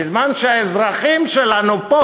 בזמן שהאזרחים שלנו פה